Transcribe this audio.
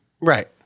Right